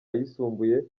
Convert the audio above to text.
ayisumbuye